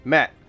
Matt